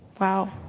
wow